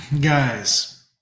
guys